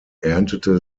erntete